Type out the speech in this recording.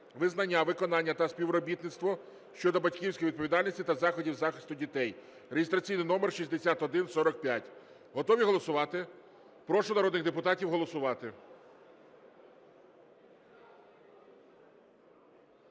визнання, виконання та співробітництво щодо батьківської відповідальності та заходів захисту дітей" (реєстраційний номер 6145). Готові голосувати? Прошу народних депутатів голосувати.